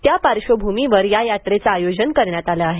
त्या पार्श्वभूमीवर या यात्रेचं आयोजन करण्यात आलं आहे